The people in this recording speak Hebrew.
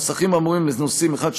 הנוסחים האמורים לנושאים 1,